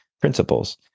principles